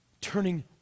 turning